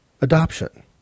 adoption